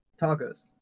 tacos